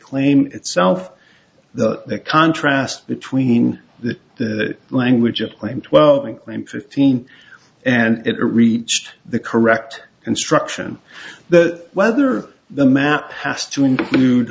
claim itself the contrast between the language of claim twelve and name fifteen and it reached the correct instruction that whether the map has to include